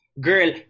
Girl